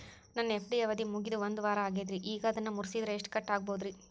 ನನ್ನ ಎಫ್.ಡಿ ಅವಧಿ ಮುಗಿದು ಒಂದವಾರ ಆಗೇದ್ರಿ ಈಗ ಅದನ್ನ ಮುರಿಸಿದ್ರ ಎಷ್ಟ ಕಟ್ ಆಗ್ಬೋದ್ರಿ?